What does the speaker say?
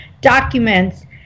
documents